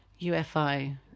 UFI